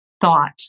thought